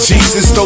Jesus